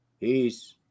Peace